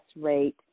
rate